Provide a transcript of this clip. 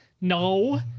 No